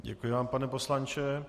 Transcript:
Děkuji vám pane poslanče.